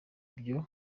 byo